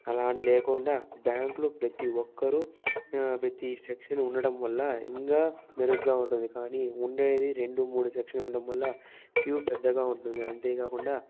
అలా అని లేకుండా బ్యాంకులో ప్రతి ఒక్కరు ప్రతి ఒక్క సెక్షన్ ఉండడం వల్ల ఇంకా మెరుగ్గా ఉంటుంది కానీ ఉండేది రెండు మూడు సెక్షన్ ఉండడం వల్ల క్యూ పెద్దగా ఉంటుంది అంతేకాకుండా